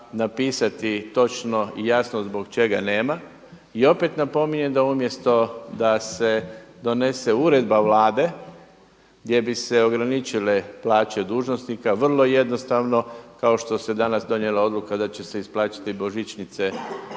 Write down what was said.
napisati točno i jasno zbog čega nema. I opet napominjem da umjesto da se donese uredba Vlade gdje bi se ograničile plaće dužnosnika vrlo jednostavno kao što se danas donijela odluka da će se isplatiti božićnice do kraja